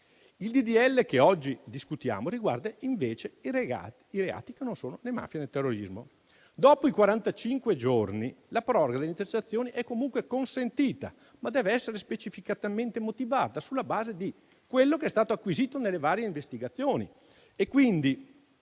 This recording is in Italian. legge che oggi discutiamo riguarda, invece, i reati che non sono né mafia né terrorismo. Dopo i quarantacinque giorni, la proroga delle intercettazioni è comunque consentita, ma deve essere specificatamente motivata sulla base di quello che è stato acquisito nelle varie investigazioni